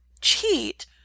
cheat